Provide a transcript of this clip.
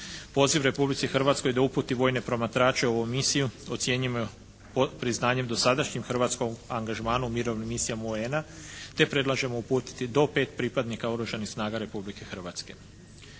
Poziv Republici Hrvatskoj da uputi vojne promatrače u ovu misiju ocjenjujemo priznanjem dosadašnjim hrvatskim angažmanom u mirovnim misijama UN-a te predlažemo uputiti do 5 pripadnika Oružanih snaga Republike Hrvatske.